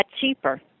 cheaper